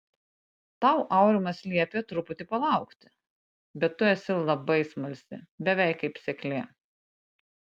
tau aurimas liepė truputį palaukti bet tu esi labai smalsi beveik kaip seklė